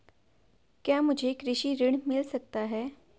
क्या मुझे कृषि ऋण मिल सकता है?